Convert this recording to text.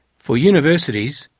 for universities,